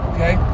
Okay